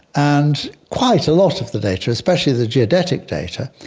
and quite a lot of the data, especially the geodetic data,